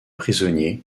prisonnier